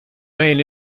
main